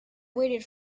waited